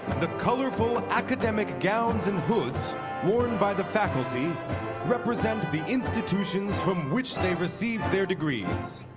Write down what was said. the colorful academic gowns and hoods worn by the faculty represent the institutions from which they received their degrees.